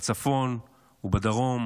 בצפון ובדרום,